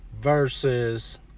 versus